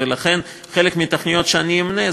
ולכן חלק מהתוכניות שאני אמנה,